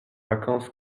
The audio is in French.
vacances